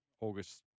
August